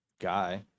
guy